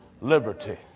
liberty